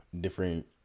different